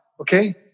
okay